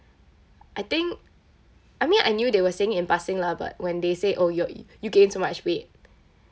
I think I mean I knew they were saying it in passing lah but when they say oh your you you gain so much weight